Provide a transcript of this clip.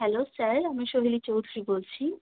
hello sir আমি সোমিলি চৌধুরী বলছি